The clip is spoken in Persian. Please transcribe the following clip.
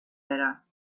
برم